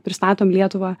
pristatom lietuvą